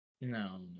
No